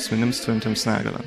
asmenims turintiems negalią